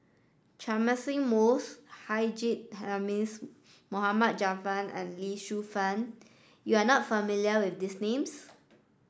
Catchick Moses Haji Namazie Mohd Javad and Lee Shu Fen you are not familiar with these names